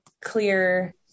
clear